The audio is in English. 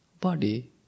body